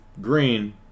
green